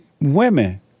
women